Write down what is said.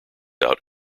out